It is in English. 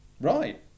Right